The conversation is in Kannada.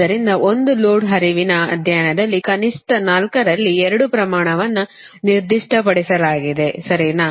ಆದ್ದರಿಂದ ಒಂದು ಲೋಡ್ ಹರಿವಿನ ಅಧ್ಯಯನದಲ್ಲಿ ಕನಿಷ್ಠ 4 ರಲ್ಲಿ 2 ಪ್ರಮಾಣವನ್ನು ನಿರ್ದಿಷ್ಟಪಡಿಸಲಾಗಿದೆ ಸರಿನಾ